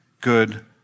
good